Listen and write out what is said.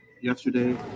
yesterday